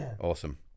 Awesome